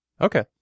Okay